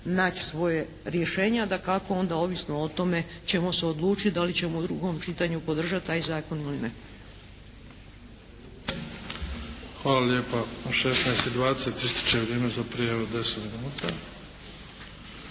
naći svoje rješenje, a dakako onda ovisno o tome ćemo se odlučiti da li ćemo u drugom čitanju podržati taj zakon ili ne.